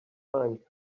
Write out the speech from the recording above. find